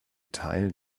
teil